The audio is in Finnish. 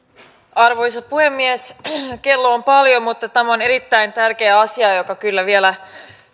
arvoisa puhemies kello on paljon mutta tämä on erittäin tärkeä asia joka kyllä vielä